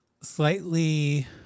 slightly